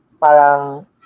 parang